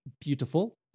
Beautiful